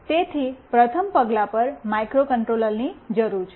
તેથી પ્રથમ પગલા પર માઇક્રોકન્ટ્રોલરની જરૂર છે